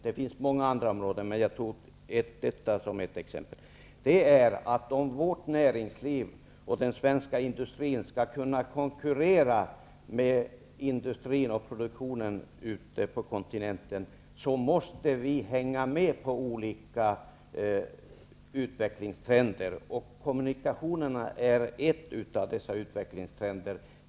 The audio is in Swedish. Det finns många andra områden, men jag tog Nordtyskland som exempel. Om vårt näringsliv och den svenska industrin skall kunna konkurrera med industrin och produktionen nere på kontinenten, måste vi hänga med i de olika utvecklingstrenderna, bl.a. när det gäller kommunikationerna.